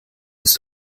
ist